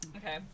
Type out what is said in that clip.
Okay